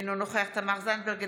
אינו נוכח תמר זנדברג,